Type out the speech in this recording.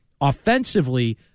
offensively